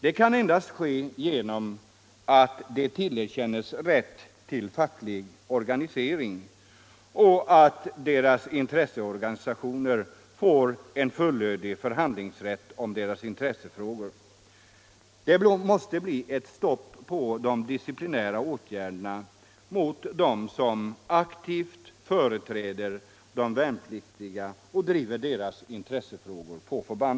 Det kan endast ske genom att de tillerkänns rätten till facklig organisering. Deras intresseorganisation måste få en reell förhandlingsrätt. Det måste bli ett stopp på disciplinära åtgärder mot dem på förbanden som aktivt företräder de värnpliktiga och driver deras intressefrågor.